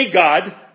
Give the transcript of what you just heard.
God